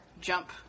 jump